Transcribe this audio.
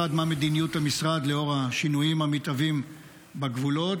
1. מה מדיניות המשרד לאור השינויים המתהווים בגבולות?